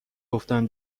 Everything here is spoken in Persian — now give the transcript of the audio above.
گفتن